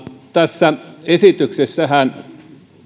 tässä esityksessähän